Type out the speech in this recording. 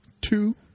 Two